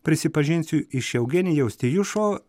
prisipažinsiu iš eugenijaus tijušo